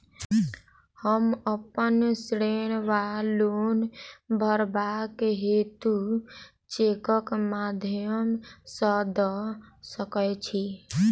हम अप्पन ऋण वा लोन भरबाक हेतु चेकक माध्यम सँ दऽ सकै छी?